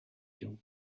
too